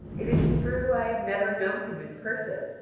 it is true i have never known him in person,